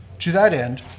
to that end,